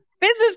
business